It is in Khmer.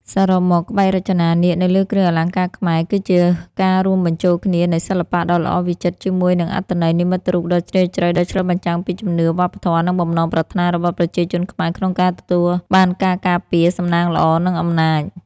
សរុបមក ក្បាច់រចនានាគនៅលើគ្រឿងអលង្ការខ្មែរ គឺជាការរួមបញ្ចូលគ្នានៃ សិល្បៈដ៏ល្អវិចិត្រ ជាមួយនឹង អត្ថន័យនិមិត្តរូបដ៏ជ្រាលជ្រៅ ដែលឆ្លុះបញ្ចាំងពីជំនឿ វប្បធម៌ និងបំណងប្រាថ្នារបស់ប្រជាជនខ្មែរក្នុងការទទួលបានការការពារ សំណាងល្អ និងអំណាច។